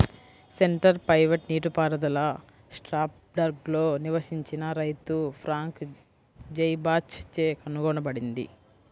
centre pivot నీటిపారుదల స్ట్రాస్బర్గ్లో నివసించిన రైతు ఫ్రాంక్ జైబాచ్ చే కనుగొనబడింది